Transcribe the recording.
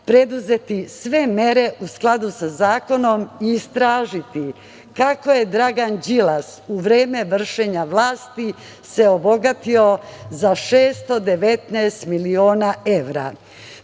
preduzeti sve mere u skladu sa zakonom i istražiti kako se Dragan Đilas u vreme vršenja vlasti obogatio za 619 miliona